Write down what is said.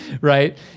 right